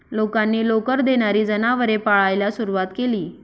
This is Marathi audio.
लोकांनी लोकर देणारी जनावरे पाळायला सुरवात केली